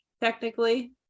technically